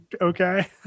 okay